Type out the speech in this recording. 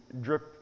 drip